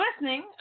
listening